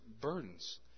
burdens